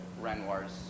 Renoir's